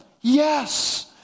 Yes